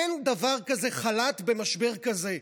אין דבר כזה חל"ת במשבר כזה,